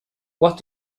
what